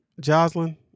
Jocelyn